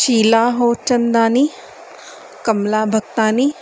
Sheela Moolchandani Kamla Bhagtani